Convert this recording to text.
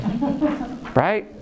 Right